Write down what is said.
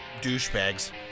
douchebags